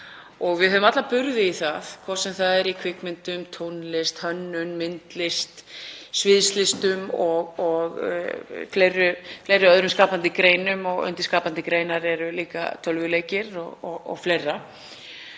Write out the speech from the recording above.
Við höfum alla burði í það, hvort sem það er í kvikmyndum, tónlist, hönnun, myndlist, sviðslistum og fleiri skapandi greinum. Undir skapandi greinum eru líka tölvuleikir og fleira.